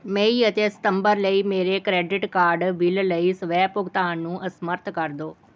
ਮਈ ਅਤੇ ਸਤੰਬਰ ਲਈ ਮੇਰੇ ਕਰੇਡਿਟ ਕਾਰਡ ਬਿੱਲ ਲਈ ਸਵੈ ਭੁਗਤਾਨ ਨੂੰ ਅਸਮਰੱਥ ਕਰ ਦਿਉ